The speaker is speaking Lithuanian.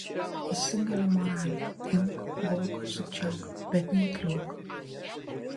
įsigali moralė imk vok sukčiauk bet neįkliūk